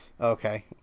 Okay